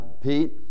Pete